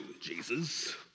Jesus